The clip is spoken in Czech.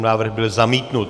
Návrh byl zamítnut.